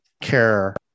care